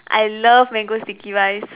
I love mango sticky rice